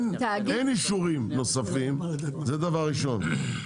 אין אישורים נוספים, זה דבר ראשון.